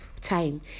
time